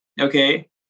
Okay